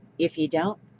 if you don't,